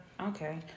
Okay